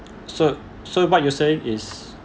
so so what you're saying is